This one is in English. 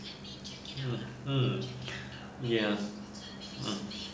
mmhmm ya mm